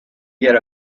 yet